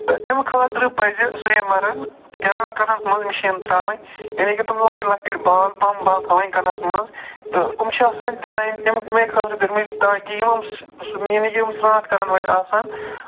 تہٕ اَمہِ خٲطرٕ پَزِ سٔومِرَن کیاہ کَرُن مِشیٖن تراؤنۍ یعنے کہِ تٔمۍ لَکٔٹۍ لَکٔٹۍ بال پَھم بال تھاوٕنۍ کَنَس منٛز تہٕ أمۍ چھِ آسان ڈِزایِن یِم اَمہِ خٲطرٕ کٔرمٕتۍ تاکہِ یِم میٖنٕز یِم سرٛانٹھ کرن وٲلۍ آسَن